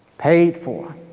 paid for.